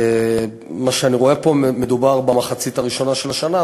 ממה שאני רואה פה מדובר במחצית הראשונה של השנה,